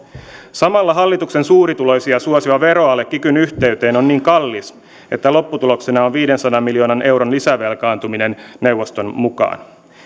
samalla hallituksen suurituloisia suosiva veroale kikyn yhteyteen on niin kallis että lopputuloksena on viidensadan miljoonan euron lisävelkaantuminen neuvoston mukaan